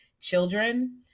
children